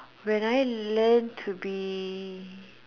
when I learnt to be